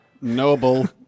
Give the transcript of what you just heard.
Noble